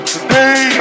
Today